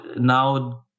now